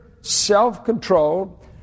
self-controlled